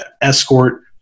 escort